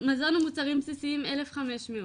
מזון ומוצרים בסיסיים אלף חמש מאות,